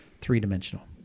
three-dimensional